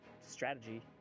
strategy